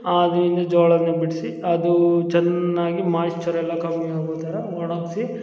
ಅದ್ರಿಂದ ಜೋಳನ ಬಿಡಿಸಿ ಅದು ಚೆನ್ನಾಗಿ ಮಾಯ್ಶ್ಚರ್ರ್ ಎಲ್ಲ ಕಮ್ಮಿ ಆಗೋ ಥರ ಒಣಗಿಸಿ